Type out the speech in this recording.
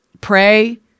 Pray